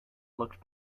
looked